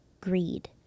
greed